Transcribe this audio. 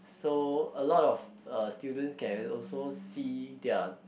so a lot of uh students can also see their